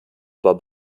war